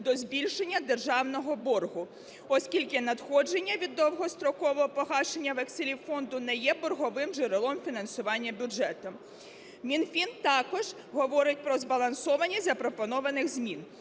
до збільшення державного боргу, оскільки надходження від довгострокового погашення векселів фонду не є борговим джерелом фінансування бюджету. Мінфін також говорить про збалансованість запропонованих змін.